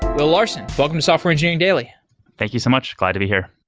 will larson, welcome to software engineering daily thank you so much. glad to be here.